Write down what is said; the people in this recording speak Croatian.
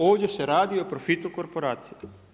Ovdje se radi o profitu korporacije.